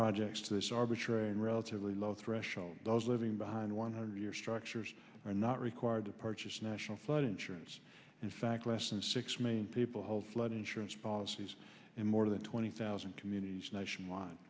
projects to this arbitrary and relatively low threshold those living behind one hundred year structures are not required to purchase national flood insurance in fact less than six million people hold flood insurance policies in more than twenty thousand communities nationwide